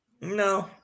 No